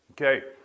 Okay